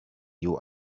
you